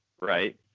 right